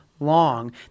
Long